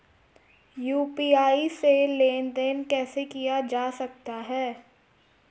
UPI से लेनदेन कैसे किया जा सकता है?